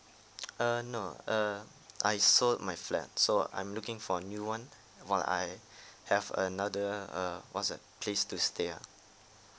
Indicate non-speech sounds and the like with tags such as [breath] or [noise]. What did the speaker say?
[noise] err no err I sold my flat so I'm looking for a new one while I [breath] have another err what's that place to stay ah